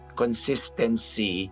consistency